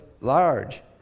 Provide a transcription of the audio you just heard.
large